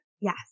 Yes